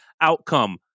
outcome